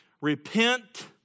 Repent